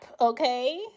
okay